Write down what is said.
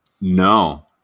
No